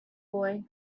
boy